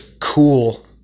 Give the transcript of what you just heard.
cool